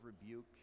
rebuke